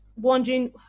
wondering